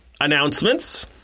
announcements